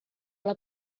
alla